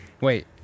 Wait